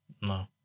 No